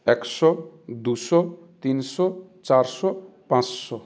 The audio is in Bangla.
একশো দুশো তিনশো চারশো পাঁচশো